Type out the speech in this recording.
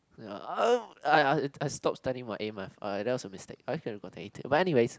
uh I I I stop studying my A math alright that was a mistake I could have gotten A two but anyways